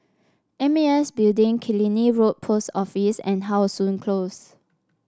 M A S Building Killiney Road Post Office and How Sun Close